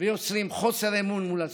ויוצרים חוסר אמון מול הציבור.